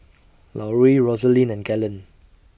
Lauri Roselyn and Galen